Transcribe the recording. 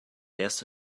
erste